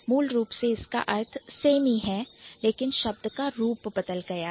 मूल रूप से इसका अर्थ same ही है लेकिन शब्द का रूप बदल गया है